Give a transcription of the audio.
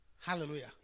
Hallelujah